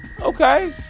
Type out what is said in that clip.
Okay